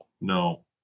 no